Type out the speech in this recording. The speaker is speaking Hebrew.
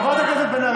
חברת הכנסת בן ארי,